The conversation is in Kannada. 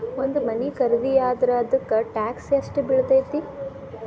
ಒಂದ್ ಮನಿ ಖರಿದಿಯಾದ್ರ ಅದಕ್ಕ ಟ್ಯಾಕ್ಸ್ ಯೆಷ್ಟ್ ಬಿಳ್ತೆತಿ?